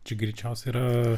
čia greičiausia yra